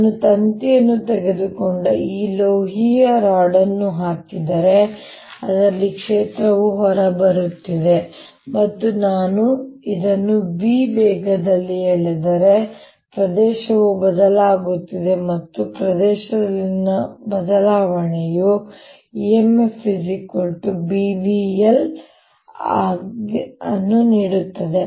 ನಾನು ತಂತಿಯನ್ನು ತೆಗೆದುಕೊಂಡು ಈ ಲೋಹೀಯ ರಾಡ್ಅನ್ನು ಹಾಕಿದರೆ ಅದರಲ್ಲಿ ಕ್ಷೇತ್ರವು ಹೊರಬರುತ್ತಿದೆ ಮತ್ತು ನಾನು ಇದನ್ನು v ವೇಗದಲ್ಲಿ ಎಳೆದರೆ ಪ್ರದೇಶವು ಬದಲಾಗುತ್ತಿದೆ ಮತ್ತು ಈ ಪ್ರದೇಶದಲ್ಲಿನ ಬದಲಾವಣೆಯು ನನಗೆ EMF bvl ಅನ್ನು ನೀಡುತ್ತದೆ